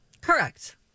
Correct